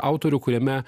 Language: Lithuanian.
autorių kuriame